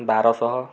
ବାରଶହ